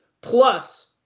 Plus